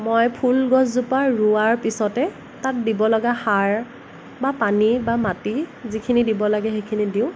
মই ফুল গছজোপা ৰোৱাৰ পিছতে তাত দিব লগা সাৰ বা পানী বা মাটি যিখিনি দিব লাগে সেইখিনি দিওঁ